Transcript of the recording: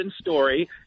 story